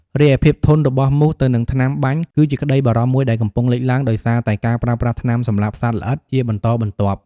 រីឯភាពធន់របស់មូសទៅនឹងថ្នាំបាញ់ គឺជាក្តីបារម្ភមួយដែលកំពុងលេចឡើង ដោយសារតែការប្រើប្រាស់ថ្នាំសម្លាប់សត្វល្អិតជាបន្តបន្ទាប់។